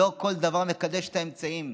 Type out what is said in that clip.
לא כל דבר מקדש את האמצעים.